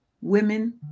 women